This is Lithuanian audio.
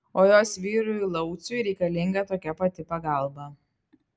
o jos vyrui lauciui reikalinga tokia pati pagalba